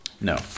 No